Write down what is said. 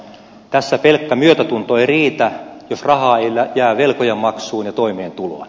tässä pelkkä myötätunto ei riitä jos rahaa ei jää velkojen maksuun ja toimeentuloon